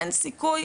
אין סיכוי,